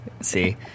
see